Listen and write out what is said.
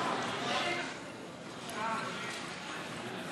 (הוראת שעה) (תיקון מס' 4),